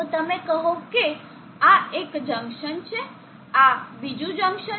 તો તમે કહો કે આ એક જંકશન છે આ બીજું જંકશન છે